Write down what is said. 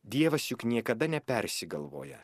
dievas juk niekada nepersigalvoja